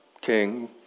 king